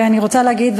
ואני רוצה להגיד,